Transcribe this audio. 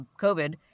COVID